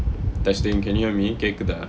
testing can you hear me கேக்குதா:kaekkuthaa